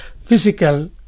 physical